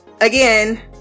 again